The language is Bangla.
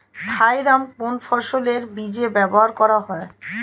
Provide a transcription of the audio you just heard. থাইরাম কোন ফসলের বীজে ব্যবহার করা হয়?